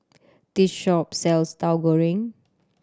this shop sells Tahu Goreng